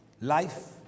life